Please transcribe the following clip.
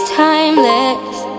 timeless